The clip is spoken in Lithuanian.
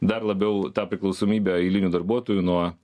dar labiau tą priklausomybę eilinių darbuotojų nuo